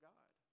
God